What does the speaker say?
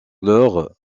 leur